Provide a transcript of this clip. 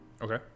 Okay